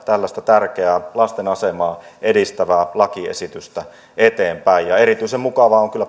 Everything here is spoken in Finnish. tällaista tärkeää lasten asemaa edistävää lakiesitystä eteenpäin erityisen mukavaa on kyllä